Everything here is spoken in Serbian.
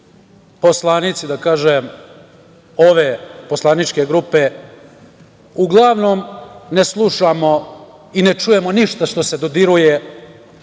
poslanici ove poslaničke grupe, uglavnom ne slušamo i ne čujemo ništa što se dodiruje za tačku